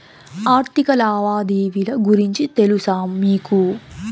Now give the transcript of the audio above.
ఆర్థిక లావాదేవీల గురించి తెలుసా మీకు